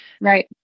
Right